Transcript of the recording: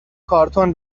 کارتون